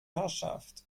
herrschaft